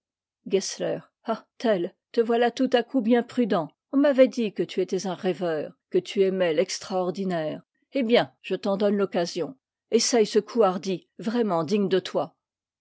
ah te voilà tout à coup bien prudent on m'avait dit que tu étais un rêveur que tu aimais l'extraordinaire eh bien je t'en donne l'occasion essaye ce coup hardi vraiment digne de toi